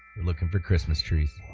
and looking for christmas trees